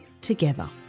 together